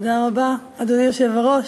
אדוני היושב-ראש,